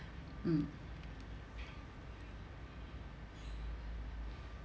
mm